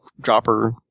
dropper